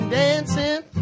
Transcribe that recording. dancing